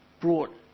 brought